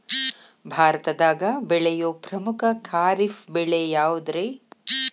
ಭಾರತದಾಗ ಬೆಳೆಯೋ ಪ್ರಮುಖ ಖಾರಿಫ್ ಬೆಳೆ ಯಾವುದ್ರೇ?